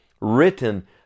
written